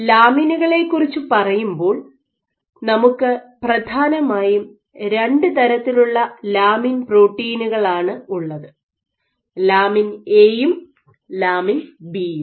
ലാമിനുകളെ കുറിച്ച് പറയുമ്പോൾ നമുക്ക് പ്രധാനമായും രണ്ട് തരത്തിലുള്ള ലാമിൻ പ്രോട്ടീനുകളാണ് ഉള്ളത് ലാമിൻ എയും ലാമിൻ ബി യും